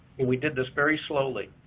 and we did this very slowly.